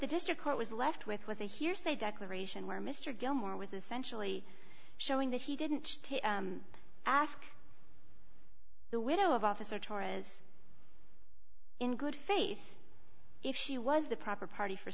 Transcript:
the district court was left with was a hearsay declaration where mr gilmore was essentially showing that he didn't ask the widow of officer torahs in good faith if she was the proper party for